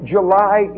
July